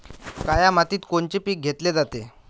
काळ्या मातीत कोनचे पिकं घेतले जाते?